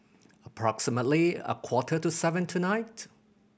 approximately a quarter to seven tonight